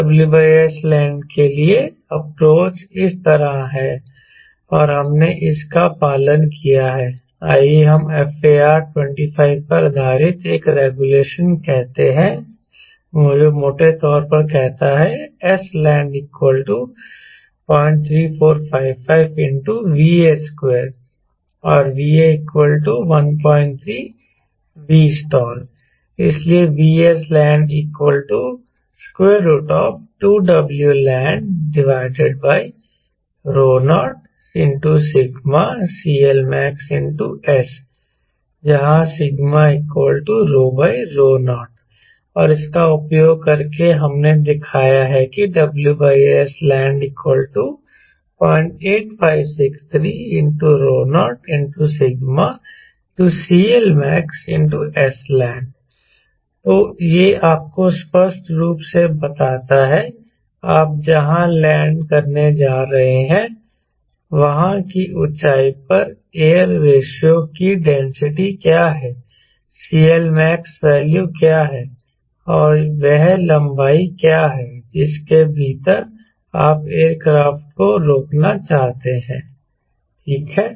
WSLand के लिए approach इस तरह है और हमने इसका पालन किया है आइए हम FAR 25 पर आधारित एक रेगुलेशन कहते हैं जो मोटे तौर पर कहता है sland 03455 ∗VA2 और VA 13Vstall इसलिए VSLand 2WLand0CLmaxS12 0 और इसका उपयोग करके हमने दिखाया है कि WSLand 085630CLmaxsland तो यह आपको स्पष्ट रूप से बताता है आप जहां लैंड करने जा रहे हैं वहां की ऊंचाई पर एयर रेशों की डेंसिटी क्या है CLmax वैल्यू क्या है और वह लंबाई क्या है जिसके भीतर आप एयरक्राफ्ट को रोकना चाहते हैं ठीक है